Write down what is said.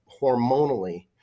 hormonally